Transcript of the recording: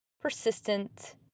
persistent